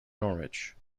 norwich